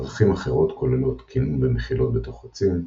דרכים אחרות כוללות קינון במחילות בתוך עצים,